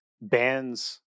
bands